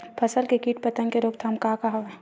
फसल के कीट पतंग के रोकथाम का का हवय?